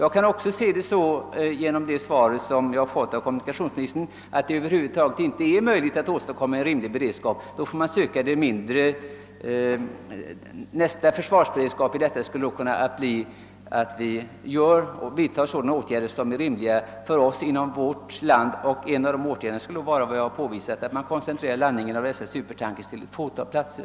Av kommunikationsministerns svar kan man få den uppfattningen att det över huvud taget inte är möjligt att internationellt åstadkomma en rimlig beredskap. Vi får då försöka åstadkomma en rimlig beredskap inom vårt eget land. En åtgärd skulle då, som jag redan nämnt, kunna vara att man begränsar landningen av dessa supertankers till ett fåtal hamnar.